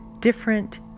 different